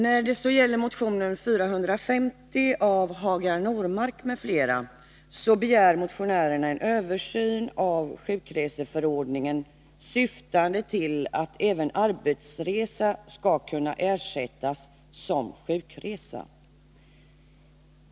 När det gäller motionen 450 av Hagar Normark m.fl. begär motionärerna en översyn av sjukreseförordningen syftande till att även arbetsresa skall kunna ersättas som sjukresa.